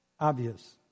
Obvious